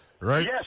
right